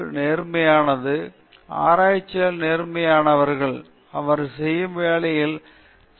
ஒன்று நேர்மையானது ஆராய்ச்சியாளர்கள் நேர்மையானவர் அவர் செய்யும் வேலைக்கு சமுதாயத்திற்கு சக ஆராய்ச்சியாளர்களிடம்